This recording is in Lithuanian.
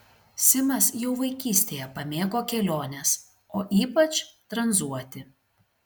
simas jau vaikystėje pamėgo keliones o ypač tranzuoti